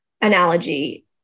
analogy